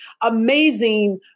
amazing